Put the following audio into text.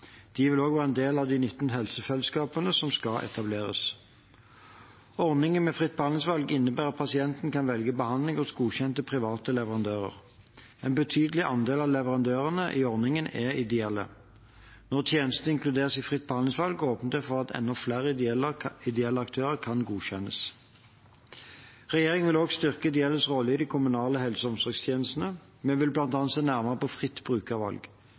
De vil også være en del av de 19 helsefellesskapene som skal etableres. Ordningen med fritt behandlingsvalg innebærer at pasienten kan velge behandling hos godkjente private leverandører. En betydelig andel av leverandørene i ordningen er ideelle. Når en tjeneste inkluderes i fritt behandlingsvalg, åpner det for at enda flere ideelle aktører kan godkjennes. Regjeringen vil også styrke ideelles rolle i de kommunale helse- og omsorgstjenestene. Vi vil bl.a. se nærmere på fritt